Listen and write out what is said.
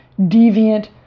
deviant